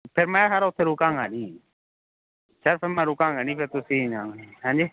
ਫੇਰ ਮੈਂ ਸਰ ਓਥੇ ਰੁਕਾਂਗਾ ਨੀ ਸਰ ਫੇਰ ਮੈਂ ਰੁਕਾਂਗਾ ਨੀ ਫੇਰ ਤੁਸੀਂ ਹੈਂਅ ਜੀ